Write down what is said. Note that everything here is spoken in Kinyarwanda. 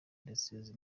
ndetse